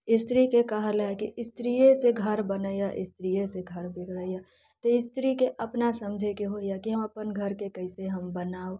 स्त्रीके कहल हय कि स्त्रिये से घर बनैया स्त्रिएसँ बिगड़ैया तऽ स्त्रीके अपना समझैके होयत कि हम अपना घरके कैसे बनाउ